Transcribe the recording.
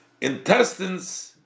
intestines